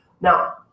Now